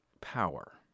power